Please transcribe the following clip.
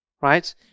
Right